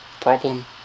problem